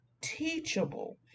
teachable